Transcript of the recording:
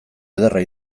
ederra